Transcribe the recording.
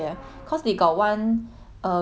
uh green tea series 的一个